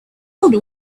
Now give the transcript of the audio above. old